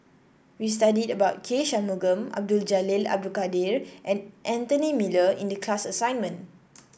we studied about K Shanmugam Abdul Jalil Abdul Kadir and Anthony Miller in the class assignment